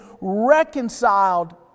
reconciled